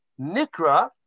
Nikra